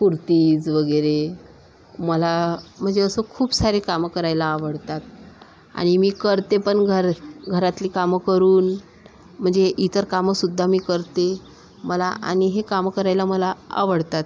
कुर्तीज वगैरे मला म्हणजे असं खूप सारे कामं करायला आवडतात आणि मी करते पण घर घरातली कामं करून म्हणजे इतर कामंसुद्धा मी करते मला आणि हे कामं करायला मला आवडतात